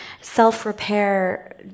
self-repair